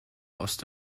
ost